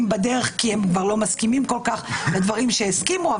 בדרך כי הם לא כל כך מסכימים לדברים שהם הסכימו,